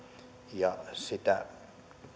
ja sitä